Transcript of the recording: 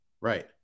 Right